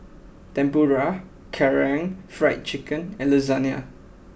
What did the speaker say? Tempura Karaage Fried Chicken and Lasagna